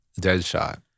Deadshot